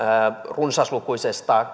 runsaslukuisesti